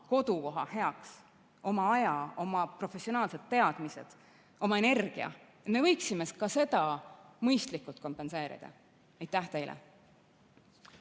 kodukoha heaks oma aja, oma professionaalsed teadmised, oma energia – me võiksime ka seda mõistlikult kompenseerida. Aitäh teile!